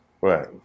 Right